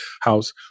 house